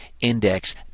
index